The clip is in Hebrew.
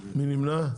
מי נמנע?